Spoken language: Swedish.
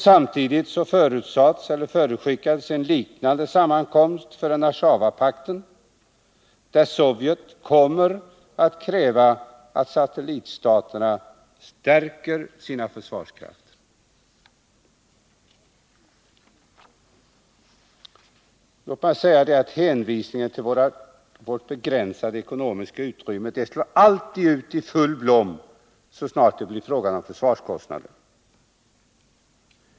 Samtidigt förutskickades en liknande sammankomst för Warszawapakten, där Sovjet kommer att kräva att satellitstaterna stärker sina försvarskrafter. Låt mig säga att hänvisningar till vårt begränsade ekonomiska utrymme alltid slår ut i full blom så snart det blir fråga om försvarskostnader.